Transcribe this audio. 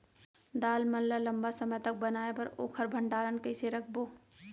दाल मन ल लम्बा समय तक बनाये बर ओखर भण्डारण कइसे रखबो?